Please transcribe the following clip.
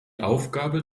aufgabe